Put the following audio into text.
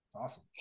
awesome